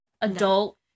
adult